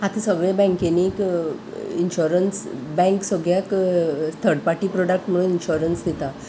आतां सगळे बँकेनीक इन्श्योरंस बँक सगळ्याक थर्ड पार्टी प्रोडक्ट म्हणून इन्शोरन्स दिता